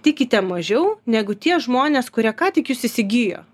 tikite mažiau negu tie žmonės kurie ką tik jus įsigijo